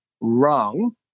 wrong